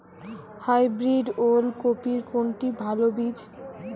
Hybrid ওল কপির কোনটি ভালো বীজ?